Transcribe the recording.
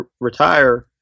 retire